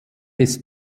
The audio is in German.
des